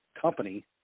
company